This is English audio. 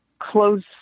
close